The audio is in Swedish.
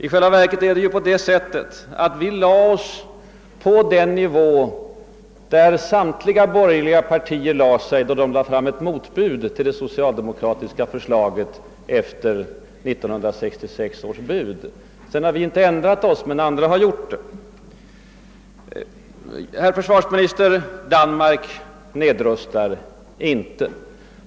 I själva verket är det på det sättet att vi lade oss på den nivå där samtliga borgerliga partier uppehöll sig i sitt motbud till det socialdemokratiska förslaget efter 1966 års val. Sedan har inte vi ändrat oss, andra har gjort det. Herr försvarsminister! Danmark nedrustar inte.